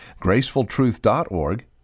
gracefultruth.org